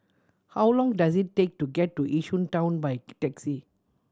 how long does it take to get to Yishun Town by taxi